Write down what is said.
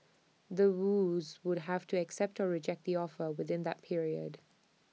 The Woos would have to accept or reject the offer within that period